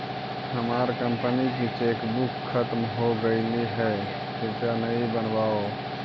हमार कंपनी की चेकबुक खत्म हो गईल है, कृपया नई बनवाओ